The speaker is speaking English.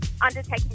undertaking